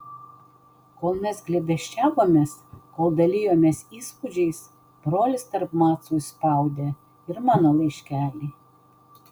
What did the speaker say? kol mes glėbesčiavomės kol dalijomės įspūdžiais brolis tarp macų įspraudė ir mano laiškelį